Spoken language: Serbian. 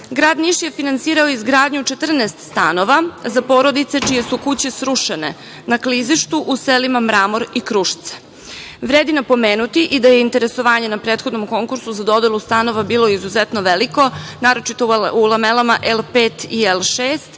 Niš je finansirao izgradnju 14 stanova za porodice čije su kuće srušene na klizištu u selima Mramor i Krušce. Vredi napomenuti i da je interesovanje na prethodnom konkursu za dodelu stanova bilo izuzetno veliko, naročito u lamelama L5 i L6.